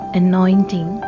anointing